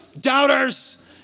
doubters